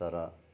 तर